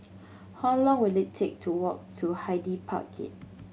how long will it take to walk to Hyde Park Gate